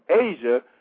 Asia